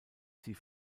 sie